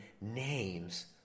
names